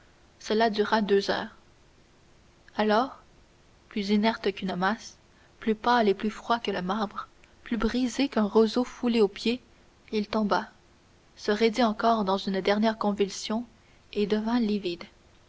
cela dura deux heures alors plus inerte qu'une masse plus pâle et plus froid que le marbre plus brisé qu'un roseau foulé aux pieds il tomba se raidit encore dans une dernière convulsion et devint livide